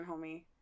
homie